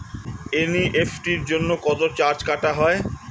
NEFT জন্য কত charge কাটা হয়?